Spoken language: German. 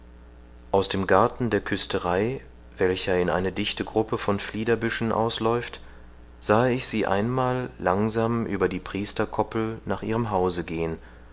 aus dem garten der küsterei welcher in eine dichte gruppe von fliederbüschen ausläuft sahe ich sie einmal langsam über die priesterkoppel nach ihrem hause gehen